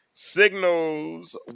signals